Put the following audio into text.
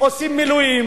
עושים מילואים,